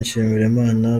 nshimirimana